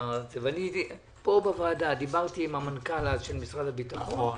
פה בוועדה דיברתי עם המנכ"ל של משרד הביטחון.